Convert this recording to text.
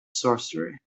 sorcery